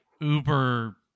uber